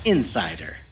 Insider